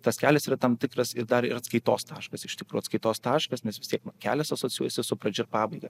tas kelias yra tam tikras ir dar ir atskaitos taškas iš tikrų atskaitos taškas nes vis tiek kelias asocijuojasi su pradžia ir pabaiga